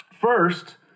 First